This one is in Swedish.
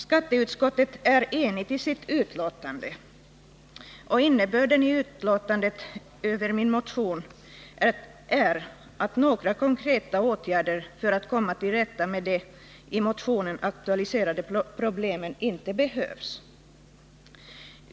Skatteutskottet är enigt i sitt betänkande, och innebörden i utlåtandet över min motion är att några konkreta åtgärder för att komma till rätta med de i motionen aktualiserade problemen inte behövs.